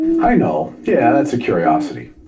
hi null. yeah, that's a curiosity.